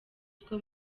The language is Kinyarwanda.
two